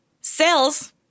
Sales